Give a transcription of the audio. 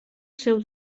seu